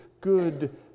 good